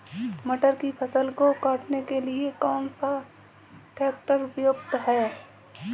मटर की फसल को काटने के लिए कौन सा ट्रैक्टर उपयुक्त है?